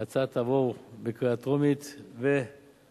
ההצעה תעבור בקריאה טרומית ותידון,